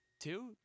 two